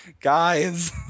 Guys